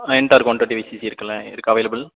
ஆ எண்டார் one thirty five CC இருக்குல இருக்கா அவைலபிள்